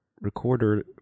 recorder